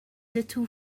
little